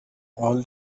all